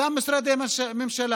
אותם משרדי ממשלה,